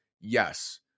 yes